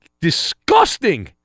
disgusting